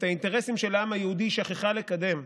את האינטרסים של העם היהודי היא שכחה לקדם.